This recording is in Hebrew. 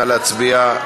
נא להצביע.